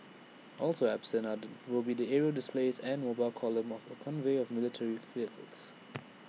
also absent will be the aerial displays and mobile column of A convoy of military vehicles